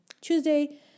Tuesday